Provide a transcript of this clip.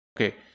okay